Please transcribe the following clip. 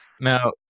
Now